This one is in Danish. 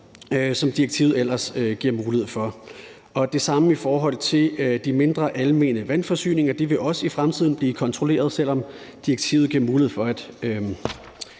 direktivet ellers giver mulighed for. Det samme gælder i forhold til de mindre almene vandforsyninger. De vil også i fremtiden blive kontrolleret, selv om direktivet giver mulighed for at